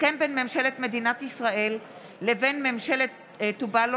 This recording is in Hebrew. הסכם בין ממשלת מדינת ישראל לבין ממשלת טובלו